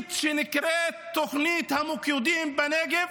בתוכנית שנקראת "תוכנית המיקודים" בנגב,